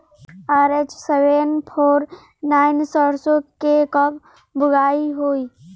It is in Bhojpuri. आर.एच सेवेन फोर नाइन सरसो के कब बुआई होई?